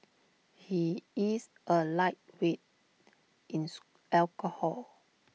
he is A lightweight in alcohol